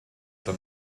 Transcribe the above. dann